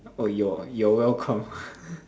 orh you're you're welcome